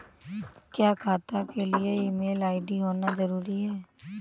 क्या खाता के लिए ईमेल आई.डी होना जरूरी है?